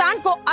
uncle!